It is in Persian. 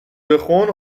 بخون